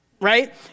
right